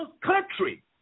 country